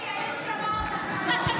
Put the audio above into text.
--- דבי, יאיר שמע אותך.